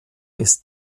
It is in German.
ist